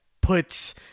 puts